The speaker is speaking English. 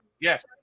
Yes